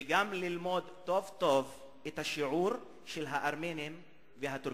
וגם ללמוד טוב-טוב את השיעור של הארמנים והטורקים.